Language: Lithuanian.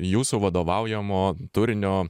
jūsų vadovaujamo turinio